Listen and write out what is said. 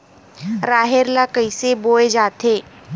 राहेर ल कइसे बोय जाथे?